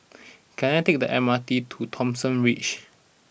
can I take the M R T to Thomson Ridge